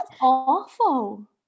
awful